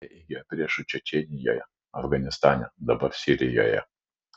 jie įgijo priešų čečėnijoje afganistane dabar sirijoje